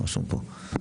רשום פה.